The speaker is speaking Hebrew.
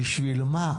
בשביל מה?